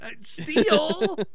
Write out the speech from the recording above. Steel